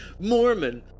Mormon